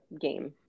game